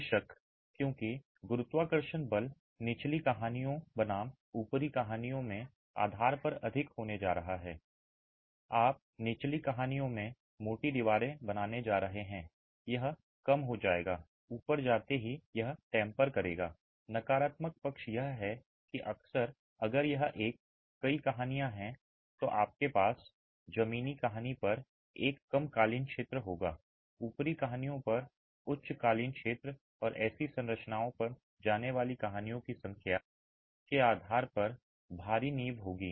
बेशक क्योंकि गुरुत्वाकर्षण बल निचली कहानियों बनाम ऊपरी कहानियों में आधार पर अधिक होने जा रहे हैं आप निचली कहानियों में मोटी दीवारें बनाने जा रहे हैं यह कम हो जाएगा ऊपर जाते ही यह टेंपर करेगा नकारात्मक पक्ष यह है कि अक्सर अगर यह एक कई कहानियाँ हैं तो आपके पास जमीनी कहानी पर एक कम कालीन क्षेत्र होगा ऊपरी कहानियों पर उच्च कालीन क्षेत्र और ऐसी संरचनाओं पर जाने वाली कहानियों की संख्या के आधार पर भारी नींव होगी